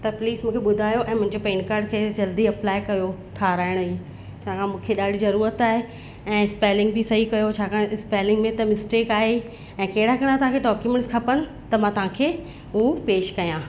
त प्लीज़ मूंखे ॿुधायो ऐं मुंहिंजो पैन कार्ड खे जल्दी अप्लाए कयो ठहिराइणी चङा मूंखे ॾाढी ज़रूरत आहे ऐं स्पैलिंग बि सही कयो छाकाणि स्पैलिंग में त मिस्टेक आहे ई ऐं कहिड़ा कहिड़ा तव्हां खे डॉक्यूमेंट्स खपनि त मां तव्हां खे उहो पेश कयां